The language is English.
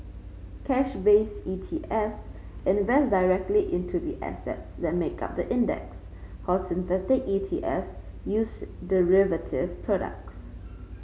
cash based ETs invest directly into the assets that make up the index ETs use derivative products